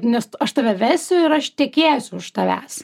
nes aš tave vesiu ir aš tekėsiu už tavęs